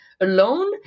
alone